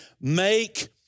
Make